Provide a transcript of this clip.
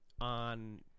on